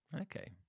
Okay